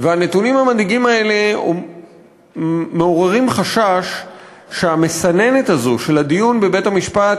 והנתונים המדאיגים האלה מעוררים חשש שהמסננת הזאת של הדיון בבית-המשפט